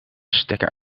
stekker